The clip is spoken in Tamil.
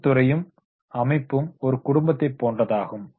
தொழில் துறையும் அமைப்பும் ஒரு குடும்பத்தை போன்றதாகும்